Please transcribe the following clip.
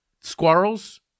Squirrels